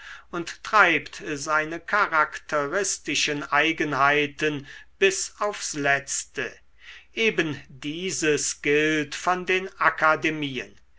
und treibt seine charakteristischen eigenheiten bis aufs letzte eben dieses gilt von den akademien